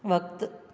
वक़्तु